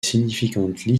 significantly